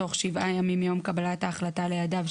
תוך שבעה ימים מיום קבלת ההחלטה לידיו,